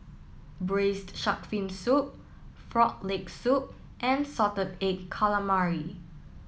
Braised Shark Fin Soup Frog Leg Soup and Salted Egg Calamari